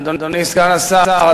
אדוני סגן השר,